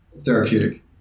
therapeutic